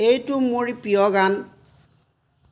এইটো মোৰ প্ৰিয় গান